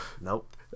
Nope